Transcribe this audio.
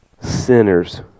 sinners